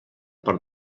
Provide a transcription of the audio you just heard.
per